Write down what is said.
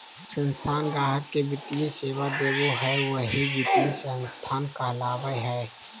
संस्था गाहक़ के वित्तीय सेवा देबो हय वही वित्तीय संस्थान कहलावय हय